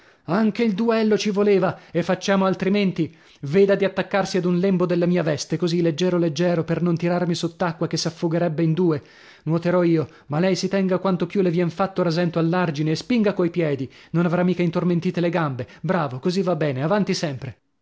anche il duello ci voleva e facciamo altrimenti veda di attaccarsi ad un lembo della mia veste così leggero leggero per non tirarmi sott'acqua che s'affogherebbe in due nuoterò io ma lei si tenga quanto più le vien fatto rasento all'argine e spinga coi piedi non avrà mica intormentite le gambe bravo così va bene avanti sempre